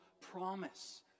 promise